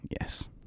yes